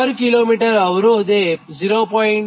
પર કિમી અવરોધ 0